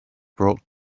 brought